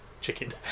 chicken